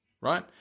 right